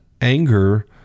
anger